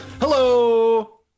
Hello